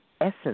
essence